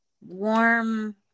warm